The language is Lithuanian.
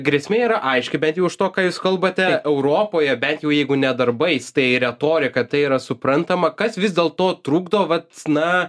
grėsmė yra aiški bent jau iš to ką jūs kalbate europoje bent jau jeigu ne darbais tai retorika tai yra suprantama kas vis dėl to trukdo vat na